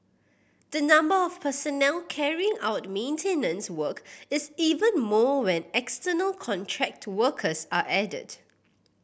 the number of personnel carrying out maintenance work is even more when external contract workers are added